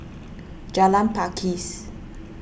Jalan Pakis